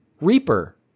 Reaper